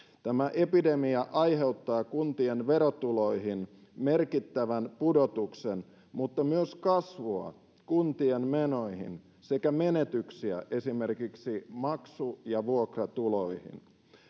tämä epidemia aiheuttaa kuntien verotuloihin merkittävän pudotuksen mutta myös kasvua kuntien menoihin sekä menetyksiä esimerkiksi maksu ja vuokratuloihin